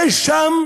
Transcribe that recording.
יש שם